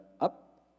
up